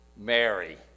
Mary